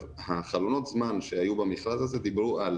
חלונות הזמן שהיו במכרז הזה דיברו על